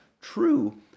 true